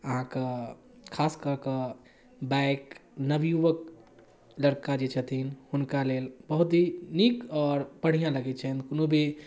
अहाँके खास कऽ कऽ बाइक नवयुवक लड़का जे छथिन हुनका लेल बहुत ही नीक आओर बढ़िआँ लगै छनि कोनो भी